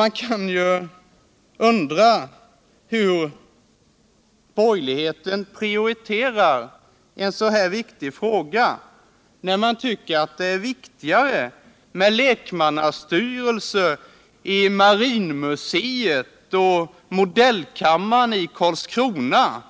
Man kan ju undra hur borgerligheten prioriterar en så här betydelsefull fråga, när det anses viktigare med lekmannastyrelse i marinmuseet och modellkammaren i Karlskrona